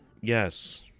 yes